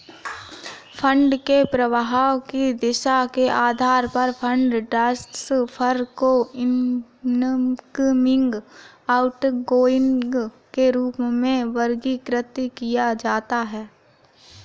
fund के प्रवाह की दिशा के आधार पर फंड ट्रांसफर को इनकमिंग, आउटगोइंग के रूप में वर्गीकृत किया जाता है